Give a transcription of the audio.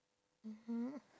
mmhmm